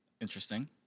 Interesting